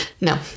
No